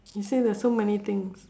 you say there's so many things